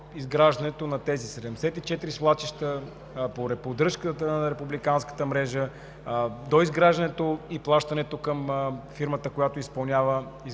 изграждането на тези 74 свлачища, по поддръжката на републиканската мрежа, доизграждането и плащането към фирмата, която изпълнява доизграждането